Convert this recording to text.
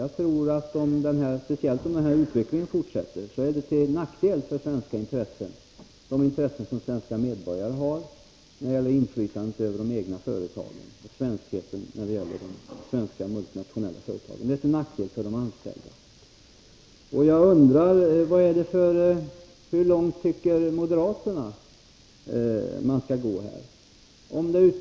Jag tror att om den här utvecklingen fortsätter, är det till nackdel för svenska intressen — de intressen som svenska medborgare har när det gäller inflytandet över de egna företagen och när det gäller svenskheten hos de svenska multinationella företagen — och det är också till nackdel för de anställda. Jag undrar: Hur långt anser moderaterna att man skall gå i fråga om detta?